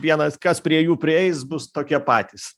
vienas kas prie jų prieis bus tokie patys